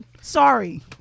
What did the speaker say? sorry